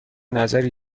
نظری